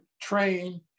train